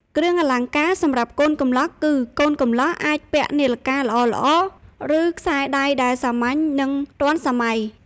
គ្រឿងអលង្ការសម្រាប់កូនកំលោះគឺ កូនកំលោះអាចពាក់នាឡិកាល្អៗ ឬ ខ្សែដៃដែលសាមញ្ញ និង ទាន់សម័យ។